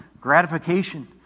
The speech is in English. gratification